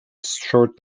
short